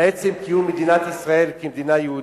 שנעשה עד היום ברחבי העולם לעצם קיום מדינת ישראל כמדינה יהודית.